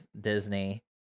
Disney